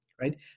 Right